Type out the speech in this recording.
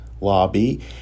lobby